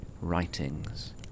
writings